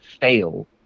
fail